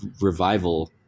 revival